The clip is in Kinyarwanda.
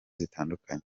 zitandukanye